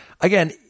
again